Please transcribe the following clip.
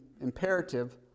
imperative